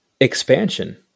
expansion